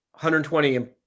120